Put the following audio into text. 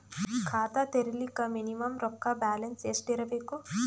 ಖಾತಾ ತೇರಿಲಿಕ ಮಿನಿಮಮ ರೊಕ್ಕ ಬ್ಯಾಲೆನ್ಸ್ ಎಷ್ಟ ಇರಬೇಕು?